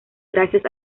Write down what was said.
gracias